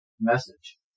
message